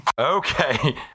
Okay